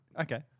Okay